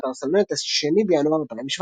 באתר סלונט,